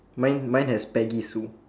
mine mine has peggy sue